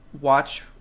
watch